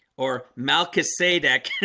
or malcolm sadek